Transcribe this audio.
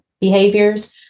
behaviors